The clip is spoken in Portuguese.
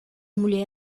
mulher